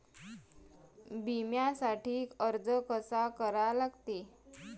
बिम्यासाठी अर्ज कसा करा लागते?